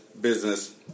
business